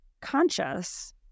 conscious